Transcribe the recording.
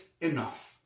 enough